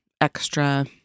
extra